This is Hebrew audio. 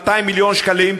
200 מיליון שקלים,